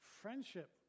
Friendship